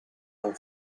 non